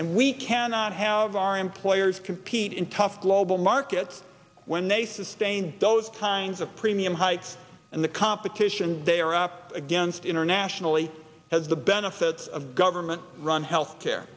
and we cannot have our employers compete in tough global markets when they sustain those kinds of premium hikes and the competition they are up against internationally has the benefits of government run health care